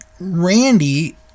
Randy